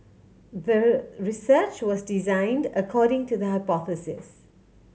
the research was designed according to the hypothesis